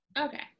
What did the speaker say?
okay